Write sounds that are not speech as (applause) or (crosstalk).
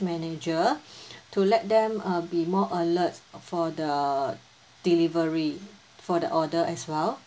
manager (breath) to let them uh be more alert for the delivery for the order as well